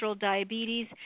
diabetes